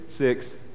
six